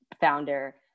founder